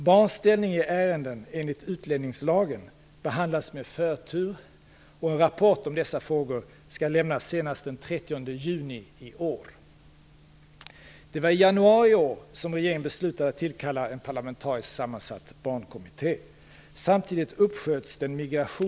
Barns ställning i ärenden enligt utlänningslagen behandlas med förtur, och en rapport om dessa frågor skall lämnas senast den 30 juni i år. Det var i januari i år som regeringen beslutade att tillkalla en parlamentariskt sammansatt barnkommitté.